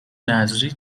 نذری